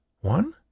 One